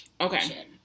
Okay